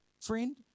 friend